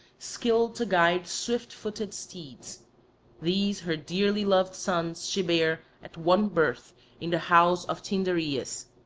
skilled to guide swift-footed steeds these her dearly-loved sons she bare at one birth in the house of tyndareus